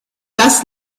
das